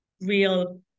real